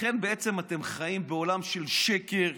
לכן אתם חיים בעולם של שקר,